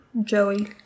Joey